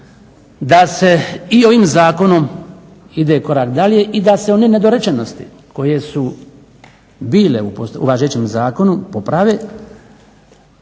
da se i ovim zakonom ide korak dalje i da se one nedorečenosti koje su bile u važećem zakonu poprave.